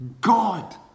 God